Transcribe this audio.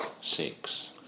six